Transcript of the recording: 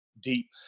deep